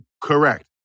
Correct